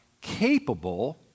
capable